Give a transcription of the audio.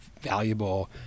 valuable